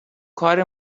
کار